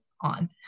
on